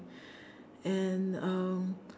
and um